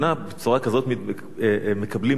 בצורה כזאת מקבלים משרות?